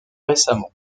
récemment